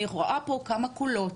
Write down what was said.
אני רואה פה כמה קולות